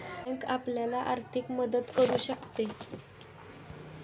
bank आपल्याला आर्थिक मदत करू शकते